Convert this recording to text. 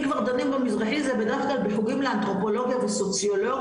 אם כבר דנים במזרחי זה דווקא בחוגים לאנתרופולוגיה וסוציולוגיה,